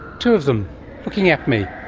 two of them looking at me.